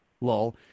lol